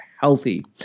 healthy